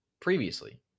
previously